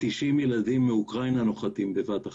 90 ילדים מאוקראינה נוחתים בבת אחת.